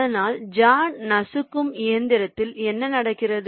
ஆனால் ஜா நசுக்கும் இயந்திரத்தில் என்ன நடக்கிறது